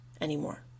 anymore